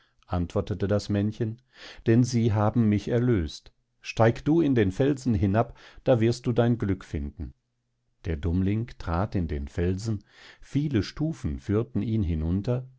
antwortete das männchen denn sie haben mich erlöst steig du in den felsen hinab da wirst du dein glück finden der dummling trat in den felsen viele stufen führten ihn hinunter